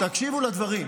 תקשיבו לדברים,